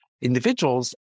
individuals